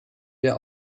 wir